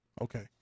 okay